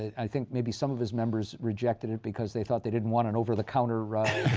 i think maybe some of his members rejected it because they thought they didn't want an over-the-counter